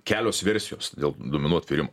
kelios versijos dėl duomenų atvėrimo